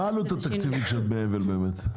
מה העלות התקציבית של דמי אבל באמת?